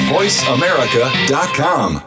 VoiceAmerica.com